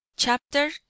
Chapter